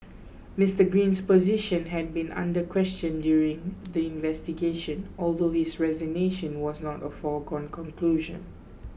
Mister Green's position had been under question during the investigation although his resignation was not a foregone conclusion